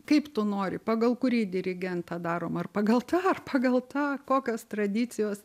kaip tu nori pagal kurį dirigentą darom ar pagal tą ar pagal tą kokios tradicijos